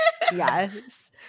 Yes